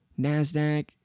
NASDAQ